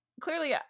clearly